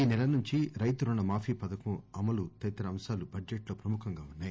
ఈనెల నుంచి రైతు రుణ మాఫీ పథకం అమలు తదితర అంశాలు బడ్జెట్ లో ప్రముఖంగా ఉన్నాయి